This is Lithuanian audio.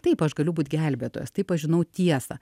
taip aš galiu būt gelbėtojas taip aš žinau tiesą